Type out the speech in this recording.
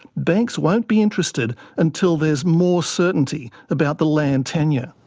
banks won't be interested until there's more certainty about the land tenure.